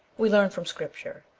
we learn from scripture,